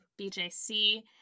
BJC